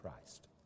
Christ